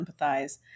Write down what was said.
empathize